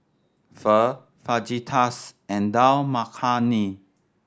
Pho Fajitas and Dal Makhani